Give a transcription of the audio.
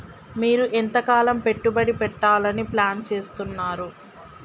మీరు ఎంతకాలం పెట్టుబడి పెట్టాలని ప్లాన్ చేస్తున్నారు?